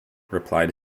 replied